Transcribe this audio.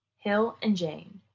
hill and jane.